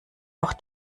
auch